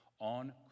On